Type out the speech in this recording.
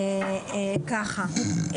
ככה,